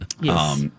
yes